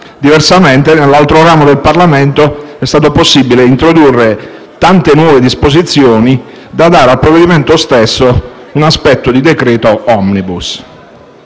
Diversamente, nell'altro ramo del Parlamento è stato possibile introdurre tante nuove disposizioni da dare al provvedimento stesso un aspetto di decreto-legge *omnibus.*